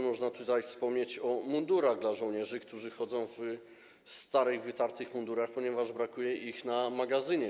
Można tutaj wspomnieć choćby o mundurach dla żołnierzy, którzy chodzą w starych, wytartych mundurach, ponieważ brakuje ich w magazynie.